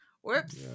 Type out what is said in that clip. Whoops